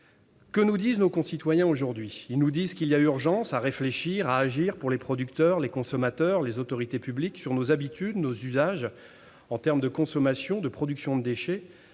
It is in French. Aujourd'hui, nos concitoyens nous disent qu'il y a urgence à réfléchir et agir pour les producteurs, les consommateurs et les autorités publiques sur nos habitudes, nos usages en termes de consommation, de production de déchets